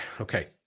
okay